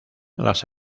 las